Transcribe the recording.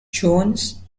jones